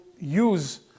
use